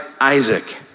Isaac